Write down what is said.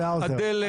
הדלת.